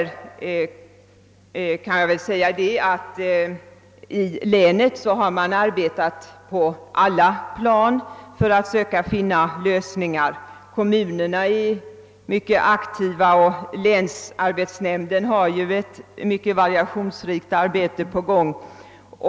I mitt län har man arbetat på alla plan för att söka finna lösningar. Kommunerna är aktiva och länsarbetsnämnden bedriver ett mycket variationsrikt arbete.